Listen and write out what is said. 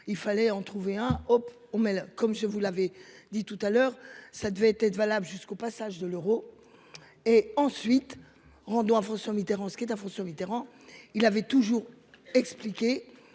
il fallait en trouver un. Hop oh mais comme je vous l'avez dit tout à l'heure, ça devait être valables jusqu'au passage de l'euro. Et ensuite. Rendons à François Mitterrand, ce qui est à François Mitterrand, il avait toujours expliqué